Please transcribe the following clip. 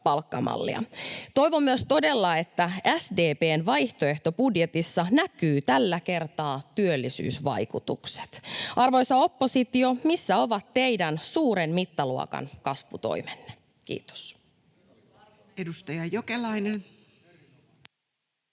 Toivon myös todella, että SDP:n vaihtoehtobudjetissa näkyy tällä kertaa työllisyysvaikutukset. Arvoisa oppositio, missä ovat teidän suuren mittaluokan kasvutoimenne? — Kiitos.